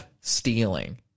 stealing